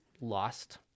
lost